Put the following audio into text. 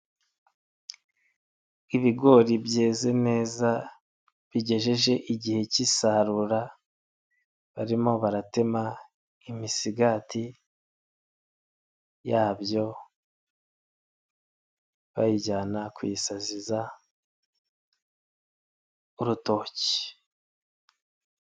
Ibigori byeze neza bigejeje igihe cy'isarurwa barimo baratema imisigati yabyo bayijyana kuyisazira urutoki.